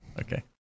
Okay